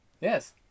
Yes